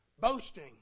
Boasting